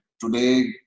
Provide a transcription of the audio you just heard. today